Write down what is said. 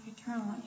eternally